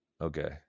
Okay